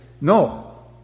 No